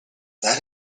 that